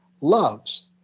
loves